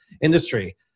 industry